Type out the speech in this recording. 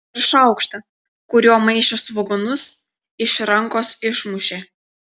ir šaukštą kuriuo maišė svogūnus iš rankos išmušė